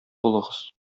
булыгыз